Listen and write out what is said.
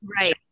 right